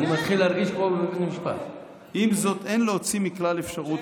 "עם זאת" ציטטתי את הנשיאה.